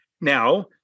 Now